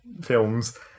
films